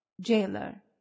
Jailer